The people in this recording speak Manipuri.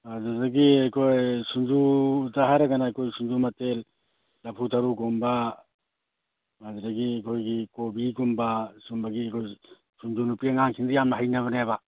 ꯑꯗꯨꯗꯒꯤ ꯑꯩꯈꯣꯏ ꯁꯤꯡꯖꯨꯗ ꯍꯥꯏꯔꯒꯅ ꯑꯩꯈꯣꯏ ꯁꯤꯡꯖꯨ ꯃꯊꯦꯜ ꯂꯐꯨ ꯊꯥꯔꯣꯒꯨꯝꯕ ꯑꯗꯨꯗꯒꯤ ꯑꯩꯈꯣꯏꯒꯤ ꯀꯣꯕꯤꯒꯨꯝꯕ ꯁꯨꯝꯕꯒꯤ ꯑꯩꯈꯣꯏ ꯁꯤꯡꯖꯨ ꯅꯨꯄꯤ ꯑꯉꯥꯡꯁꯤꯡꯗꯤ ꯌꯥꯝꯅ ꯍꯩꯅꯕꯅꯦꯕ